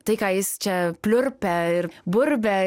tai ką jis čia pliurpia ir burbia